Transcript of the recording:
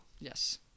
Yes